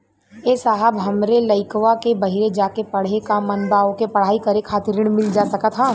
ए साहब हमरे लईकवा के बहरे जाके पढ़े क मन बा ओके पढ़ाई करे खातिर ऋण मिल जा सकत ह?